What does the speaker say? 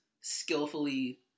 skillfully